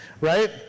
Right